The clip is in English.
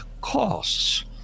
costs